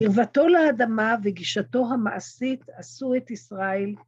קירבתו לאדמה וגישתו המעשית עשו את ישראל...